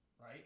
right